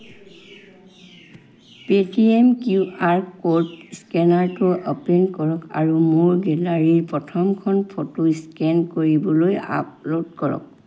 Paytm QR code স্কেনাৰটো open কৰক আৰু মোৰ গেলাৰীৰ প্ৰথমখন ফটো স্কেন কৰিবলৈ আপল'ড কৰক